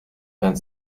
vingt